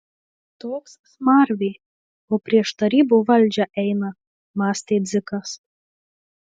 toks smarvė o prieš tarybų valdžią eina mąstė dzikas